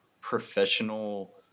professional